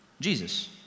Jesus